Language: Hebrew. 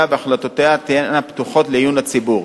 והחלטותיה תהיינה פתוחות לעיון הציבור,